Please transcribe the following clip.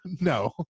no